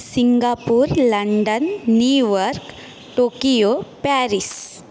Singapore London New York Tokyo Paris